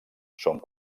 són